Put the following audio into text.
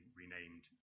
renamed